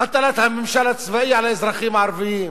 הטלת הממשל הצבאי על האזרחים הערבים,